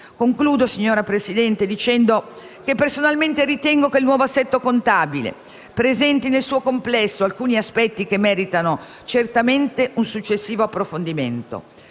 Concludo, signora Presidente, dicendo che personalmente ritengo che il nuovo assetto contabile presenti nel suo complesso alcuni aspetti che meritano certamente un successivo approfondimento.